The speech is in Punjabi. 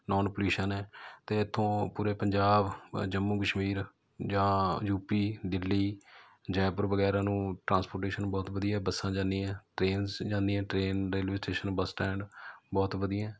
ਨੋਨ ਪਲਿਊਸ਼ਨ ਹੈ ਅਤੇ ਇੱਥੋਂ ਪੂਰੇ ਪੰਜਾਬ ਜੰਮੂ ਕਸ਼ਮੀਰ ਜਾਂ ਯੂ ਪੀ ਦਿੱਲੀ ਜੈਪੁਰ ਵਗੈਰਾ ਨੂੰ ਟ੍ਰਾਂਸਪੋਰਟੇਸ਼ਨ ਬਹੁਤ ਵਧੀਆ ਬੱਸਾਂ ਜਾਂਦੀਆਂ ਟਰੇਨਸ ਜਾਂਦੀਆਂ train railway station bus stand ਬਹੁਤ ਵਧੀਆ